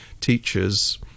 teachers